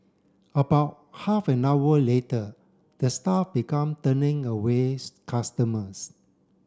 about half an hour later the staff began turning away customers